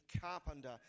carpenter